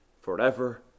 forever